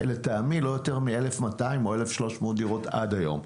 לטעמי לא יותר מ-1,200 עד 1,300 דירות עד היום.